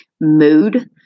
mood